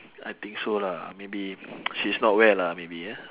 I think so lah maybe she's not well ah maybe ah